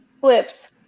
flips